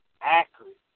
accurate